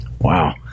Wow